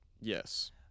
Yes